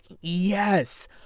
yes